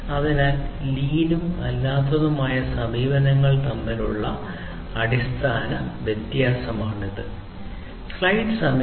അതിനാൽ ലീനും അല്ലാത്തതുമായ സമീപനങ്ങൾ തമ്മിലുള്ള ഈ അടിസ്ഥാന വ്യത്യാസം